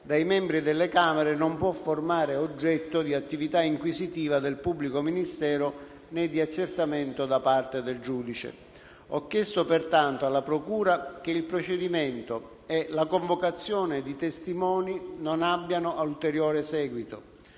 dai membri delle Camere non può formare oggetto di attività inquisitiva del pubblico ministero né di accertamento da parte del giudice. Ho chiesto pertanto alla procura che il procedimento e la convocazione di testimoni non abbiano ulteriore seguito.